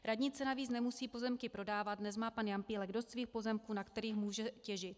Radnice navíc nemusí pozemky prodávat, dnes má pan Jampílek dost svých pozemků, na kterých může těžit.